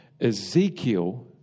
Ezekiel